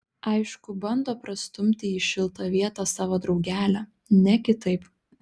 aišku bando prastumti į šiltą vietą savo draugelę ne kitaip